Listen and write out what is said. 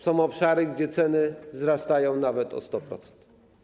Są obszary, gdzie ceny wzrastają nawet o 100%.